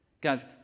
Guys